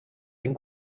ein